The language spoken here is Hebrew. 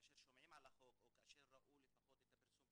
האלה ייאמרו לפרוטוקול כדי שאנחנו כולנו נדע שגם אם אנחנו